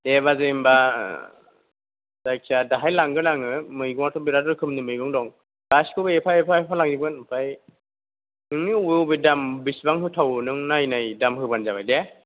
दे बाजै होमबा जायखिया दाहाय लांगोन आङो मैगं आथ' बेराथ रोखोमनि मैगं दं गासिखौबो एफा एफा लांजोंबगोन ओमफाय नोंनि अबे अबे दाम बेसेबां होथावो नों नायै नायै दाम होबानो जाबाय दे